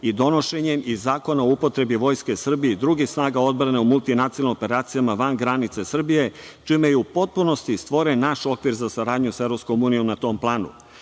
i donošenjem Zakona o upotrebi Vojske Srbije i drugih snaga odbrane u multinacionalnim operacijama van granica Srbije, čime je u potpunosti stvoren naš okvir za saradnju sa EU na tom planu. Učešće